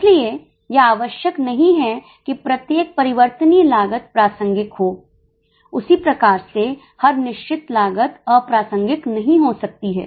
इसलिए यह आवश्यक नहीं है कि प्रत्येक परिवर्तनीय लागत प्रासंगिक हो उसी प्रकार से हर निश्चित लागत अप्रासंगिक नहीं हो सकती है